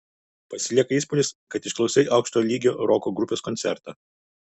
pasilieka įspūdis kad išklausei aukšto lygio roko grupės koncertą